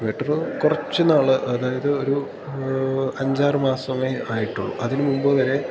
inverter കുറച്ചു നാള് അതായത് ഒരു അഞ്ചാറു മാസമേ ആയിട്ടുള്ളു അതിനുമുന്പു വരെ